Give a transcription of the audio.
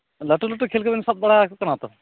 ᱞᱟᱹᱴᱩ ᱞᱟᱹᱴᱩ ᱠᱷᱮᱞ ᱠᱚᱵᱮᱱ ᱥᱟᱵ ᱵᱟᱲᱟ ᱟᱠᱚ ᱠᱟᱱᱟ ᱛᱚ